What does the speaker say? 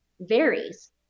varies